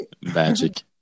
Magic